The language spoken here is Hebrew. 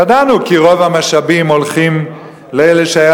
ידענו כי רוב המשאבים הולכים לאלה שהיה